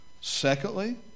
Secondly